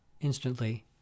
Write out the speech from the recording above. Instantly